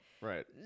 Right